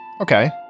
Okay